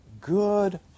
good